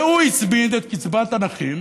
והוא הצמיד את קצבת הנכים